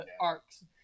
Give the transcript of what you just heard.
arcs